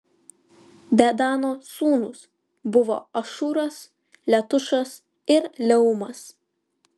dedano sūnūs buvo ašūras letušas ir leumas